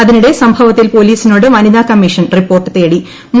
അതിനിട്ടെ സംഭവത്തിൽ പോലീസിനോട് വനിതാ കമ്മീഷൻ റിപ്പോർട്ട് ത്ടിട്ടി